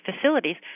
facilities